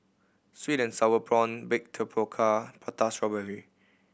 sweet and sour prawn baked tapioca Prata Strawberry